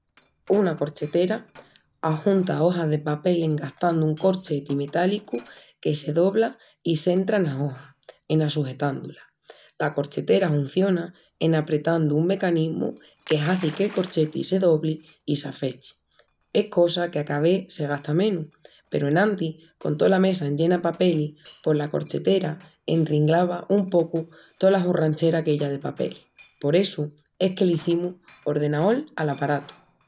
Una corchetera ajunta ojas de papel en gastandu un corcheti metálicu que se dobla i s'entra enas ojas, en assujetandu-las. La corchetera hunciona en apretandu un mecanismu que hazi qu'el corcheti se dobli i s'afechi. Es cosa que a ca vés se gasta menus, peru enantis, con tola mesa enllena papelis, pos la corchetera enringlava un pocu tola hurranchera aquella de papelis. Por essu es que l'izimus ordenaol al aparatu.